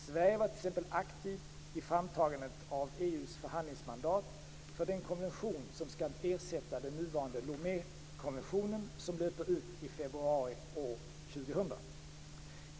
Sverige var t.ex. aktivt i framtagandet av EU:s förhandlingsmandat för den konvention som skall ersätta den nuvarande Lomékonventionen som löper ut i februari år 2000.